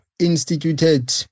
instituted